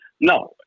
No